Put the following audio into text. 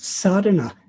sadhana